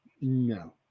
No